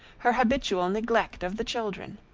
her habitual neglect of the children.